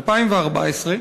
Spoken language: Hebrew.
2014,